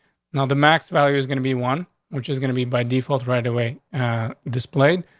now, the max value is gonna be one which is gonna be by default, right away displayed.